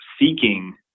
seeking